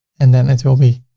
and then it will be,